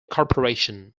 corporation